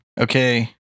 Okay